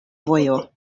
vojo